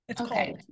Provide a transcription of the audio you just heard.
Okay